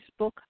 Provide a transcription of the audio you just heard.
Facebook